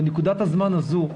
בנקודת הזמן הזו,